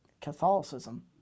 Catholicism